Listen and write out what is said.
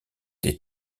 des